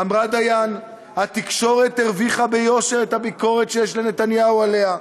אמרה דיין: התקשורת הרוויחה ביושר את הביקורת שיש לנתניהו עליה.